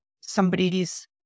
somebody's